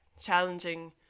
challenging